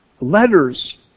letters